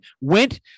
went